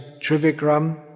Trivikram